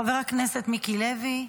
חבר הכנסת מיקי לוי,